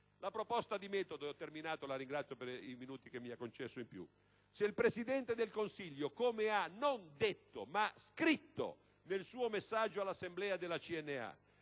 alla proposta di metodo, e la ringrazio, signor Presidente, per i minuti che mi ha concesso in più. Se il Presidente del Consiglio - come ha non detto, ma scritto nel suo messaggio all'assemblea della CNA